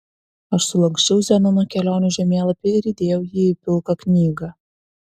aš sulanksčiau zenono kelionių žemėlapį ir įdėjau jį į pilką knygą